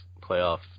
playoff